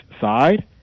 side